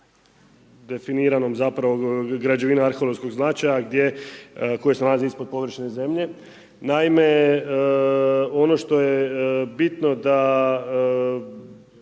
definiranom zapravo građevine arheološkog značaja koje se nalaze ispod površine zemlje. Naime, ono što je bitno da